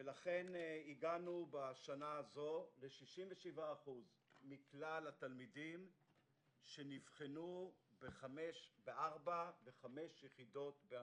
לכן הגענו השנה ל-67% מכלל התלמידים שנבחנו ב-4 ו-5 יחידות באנגלית.